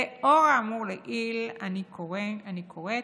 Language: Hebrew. לאור האמור לעיל אני קוראת